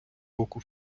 боку